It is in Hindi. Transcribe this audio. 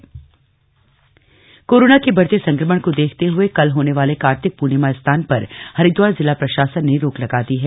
कार्तिक स्नान कोरोना के बढ़ते संक्रमण को देखते हुए कल होने वाले कार्तिक पूर्णिमा स्नान पर हरिद्वार जिला प्रशासन ने रोक लगा दी है